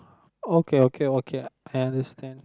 okay okay okay I understand